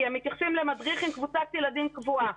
כי הם מתייחסים למדריך עם קבוצת ילדים קבועה.